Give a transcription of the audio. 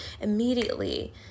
Immediately